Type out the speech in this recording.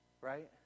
Right